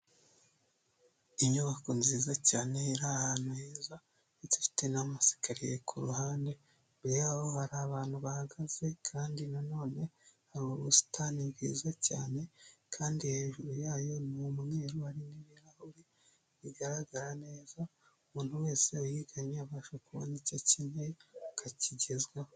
Inyubako nziza cyane iri ahantu heza ndetse ifite n'amasikariye ku ruhande, imbere yaho hari abantu bahagaze kandi na none hari ubusitani bwiza cyane, kandi hejuru yayo ni umweru hari n'ibirahuri bigaragara neza, umuntu wese uyiganye abasha kubona icyo akeneye akakigezweho.